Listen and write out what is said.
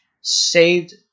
saved